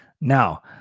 Now